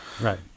Right